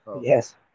Yes